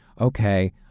okay